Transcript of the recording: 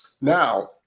Now